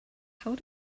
how